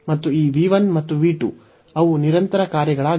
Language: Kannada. ಮತ್ತು ಈ v 1 ಮತ್ತು v 2 ಅವು ನಿರಂತರ ಕಾರ್ಯಗಳಾಗಿವೆ